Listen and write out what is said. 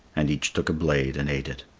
and each took a blade and ate it.